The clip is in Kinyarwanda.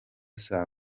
saa